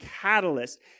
catalyst